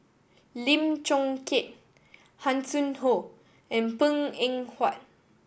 Lim Chong Keat Hanson Ho and Png Eng Huat